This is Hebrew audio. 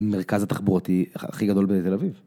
מרכז התחברותי הכי גדול בתל אביב.